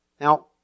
Now